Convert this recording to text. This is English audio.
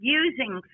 using